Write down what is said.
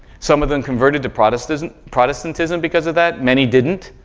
some of them converted to protestantism protestantism because of that, many didn't.